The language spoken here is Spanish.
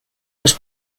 los